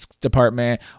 department